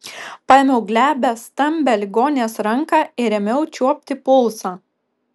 paėmiau glebią stambią ligonės ranką ir ėmiau čiuopti pulsą